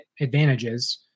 advantages